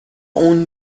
اون